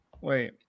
Wait